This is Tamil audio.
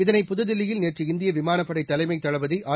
இதனை புதுதில்லியில் நேற்று இந்திய விமானப்படை தலைமைத் தளபதி ஆர்